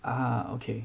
ah okay